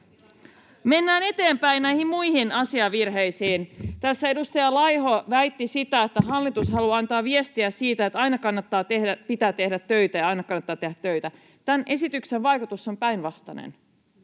Mennään eteenpäin näihin muihin asiavirheisiin. Tässä edustaja Laiho väitti sitä, että hallitus haluaa antaa viestiä siitä, että aina pitää tehdä töitä ja aina kannattaa tehdä töitä. Tämän esityksen vaikutus on päinvastainen.